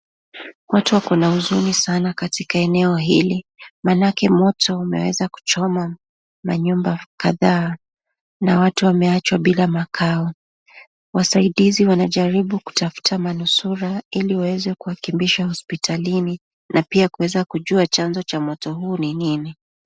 Watu wako na huzuni sana katika eneo hili, maanake moto umeweza kuchoma manyumba kadhaa na watu wameachwa bila makao. Wasaidizi wanajaribu kutafuta manusura ili waweze kuwakimbisha hospitalini na pia kuweza kujua chanzo cha moto huu ni nini.